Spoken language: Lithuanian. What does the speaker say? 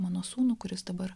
mano sūnų kuris dabar